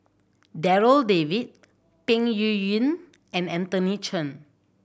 Darryl David Peng Yuyun and Anthony Chen